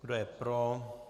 Kdo je pro?